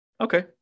Okay